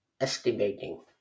estimating